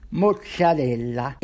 mozzarella